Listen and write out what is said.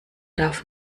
darf